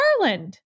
Garland